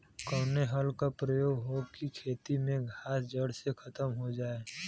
कवने हल क प्रयोग हो कि खेत से घास जड़ से खतम हो जाए?